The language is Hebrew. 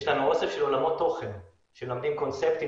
יש אוסף של עולמות תוכן שמלמדים קונספטים